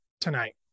tonight